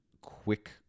quick